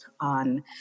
on